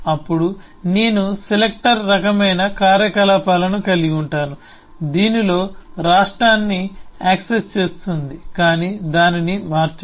అప్పుడు నేను సెలెక్టర్ రకమైన కార్యకలాపాలను కలిగి ఉంటాను దీనిలో రాష్ట్రాన్ని యాక్సెస్ చేస్తుంది కాని దానిని మార్చదు